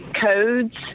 codes